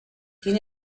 tiene